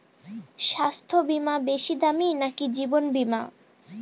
স্বাস্থ্য বীমা বেশী দামী নাকি জীবন বীমা?